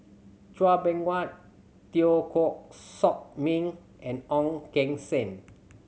Chua Beng Huat Teo Koh Sock Ming and Ong Keng Sen